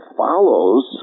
follows